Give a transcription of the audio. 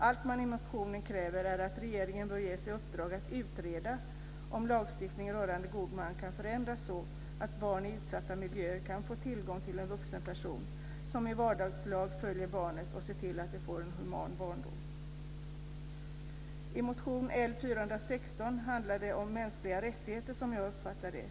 Allt man i motionen kräver är att regeringen bör ges i uppdrag att utreda om lagstiftningen rörande god man kan förändras så att barn i utsatta miljöer kan få tillgång till en vuxen person som i vardagslag följer barnet och ser till att det får en human barndom. I motion L416 handlar det om mänskliga rättigheter, som jag uppfattar det.